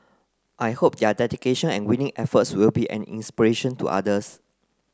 I hope their dedication and winning efforts will be an inspiration to others